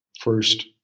first